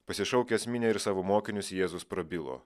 pasišaukęs minią ir savo mokinius jėzus prabilo